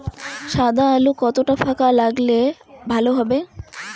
সাদা আলু কতটা ফাকা লাগলে ভালো হবে?